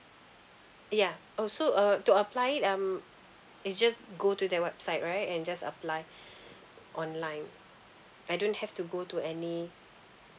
yeah also uh to apply it um it's just go to the website right and just apply online I don't have to go to any